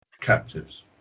captives